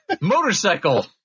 Motorcycle